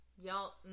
y'all